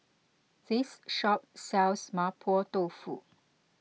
this shop sells Mapo Dofu